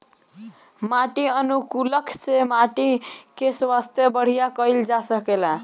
माटी अनुकूलक से माटी कअ स्वास्थ्य बढ़िया कइल जा सकेला